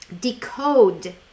decode